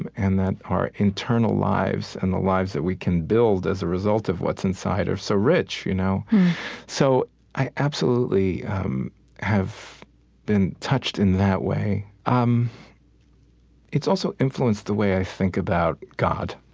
and and that our internal lives and the lives that we can build as a result of what's inside are so rich. you know so i absolutely um have been touched in that way. um it's also influenced the way i think about god.